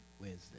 Wednesday